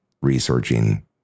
researching